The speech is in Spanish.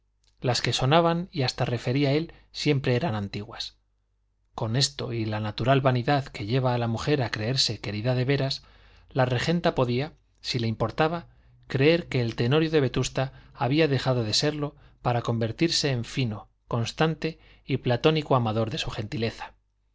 las que sonaban y hasta refería él siempre eran antiguas con esto y la natural vanidad que lleva a la mujer a creerse querida de veras la regenta podía si le importaba creer que el tenorio de vetusta había dejado de serlo para convertirse en fino constante y platónico amador de su gentileza